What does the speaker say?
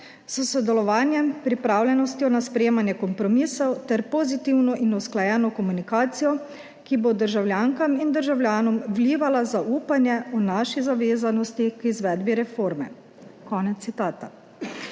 s sodelovanjem, pripravljenostjo na sprejemanje kompromisov ter pozitivno in usklajeno komunikacijo, ki bo državljankam in državljanom vlivala zaupanje v naši zavezanosti k izvedbi reforme."